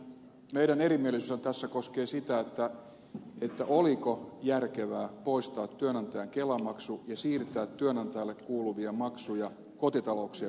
nimittäin meidän erimielisyytemmehän tässä koskee sitä oliko järkevää poistaa työnantajan kelamaksu ja siirtää työnantajalle kuuluvia maksuja kotitalouksien maksettavaksi